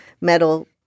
metal